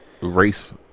race